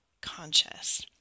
conscious